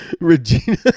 Regina